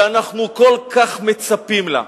שאנחנו כל כך מצפים לה.